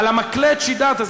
על המקלט שילמת,